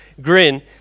grin